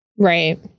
Right